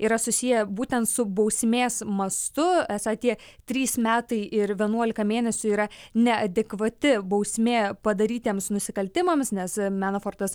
yra susiję būtent su bausmės mastu esą tie trys metai ir vienuolika mėnesių yra neadekvati bausmė padarytiems nusikaltimams nes menafortas